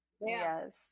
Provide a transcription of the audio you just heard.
yes